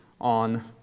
on